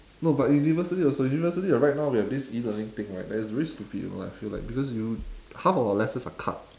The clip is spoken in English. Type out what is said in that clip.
no but university also university right now we have this E learning thing right that is really stupid you know I feel like because you half of our lessons are cut